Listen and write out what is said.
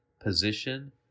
position